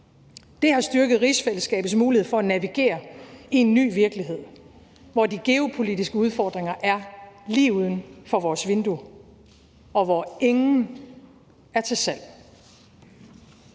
Det har styrket rigsfællesskabets mulighed for at navigere i en ny virkelighed, hvor de geopolitiske udfordringer er lige uden for vores vindue, og hvor ingen er til salg.